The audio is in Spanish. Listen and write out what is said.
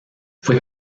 fue